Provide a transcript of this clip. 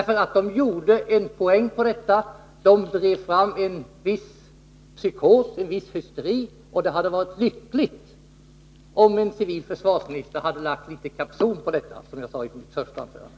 Nu tog man poäng på detta. Man drev fram en viss psykos, en viss hysteri. Det hade varit lyckligt om en civil försvarsminister hade lagt kapson på detta, som jag sade i mitt första anförande.